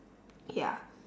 okay ah